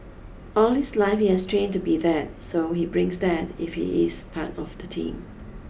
all his life he has trained to be that so he brings that if he is part of the team